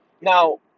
Now